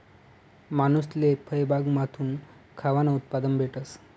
मानूसले फयबागमाथून खावानं उत्पादन भेटस